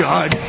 God